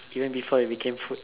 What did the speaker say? even before it became food